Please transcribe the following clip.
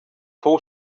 fou